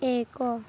ଏକ